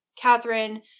Catherine